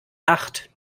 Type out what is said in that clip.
acht